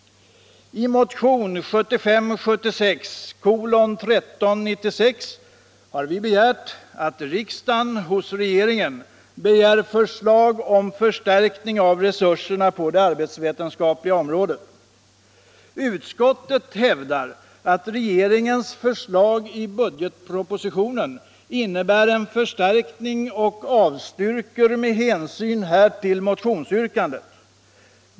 I motionen 1975/76:1396 har vi yrkat att riksdagen hos regeringen begär förslag om förstärkning av resurserna på det arbetsvetenskapliga området. Utskottet har hävdat att regeringens förslag i budgetpropositionen innebär en sådan förstärkning och avstyrker med hänsyn härtill motionens yrkande.